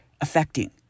affecting